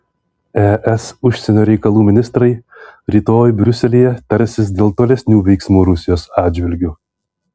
es užsienio reikalų ministrai rytoj briuselyje tarsis dėl tolesnių veiksmų rusijos atžvilgiu